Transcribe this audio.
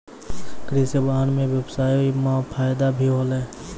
कृषि वाहन सें ब्यबसाय म फायदा भी होलै